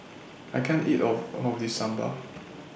I can't eat of All of This Sambal